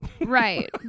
Right